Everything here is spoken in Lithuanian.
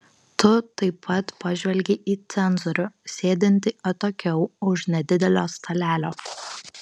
tu taip pat pažvelgei į cenzorių sėdintį atokiau už nedidelio stalelio